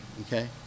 Okay